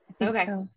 Okay